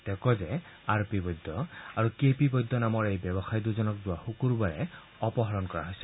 তেওঁ কয় যে আৰ পি বৈদ্য আৰু কে পি বৈদ্য নামৰ এই ব্যৱসায়ী দুজনক যোৱা শুকুৰবাৰে অপহৰণ কৰা হৈছিল